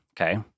Okay